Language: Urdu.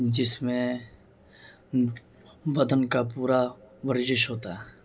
جس میں بدن کا پورا وزش ہوتا ہے